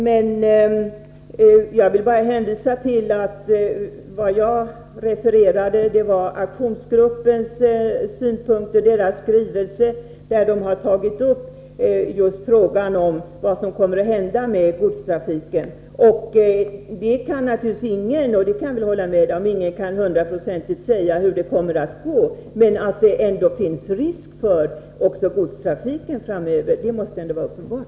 Men vad jag refererade var de synpunkter som aktionsgruppen anfört i sin skrivelse. Man har där tagit upp frågan vad som kommer att hända med godstrafiken. Jag kan naturligtvis hålla med om att ingen kan säga med hundraprocentig visshet hur det kommer att gå. Men att det finns risk också för godstrafiken framöver, det måste ändå vara uppenbart.